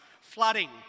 flooding